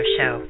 Show